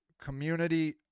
community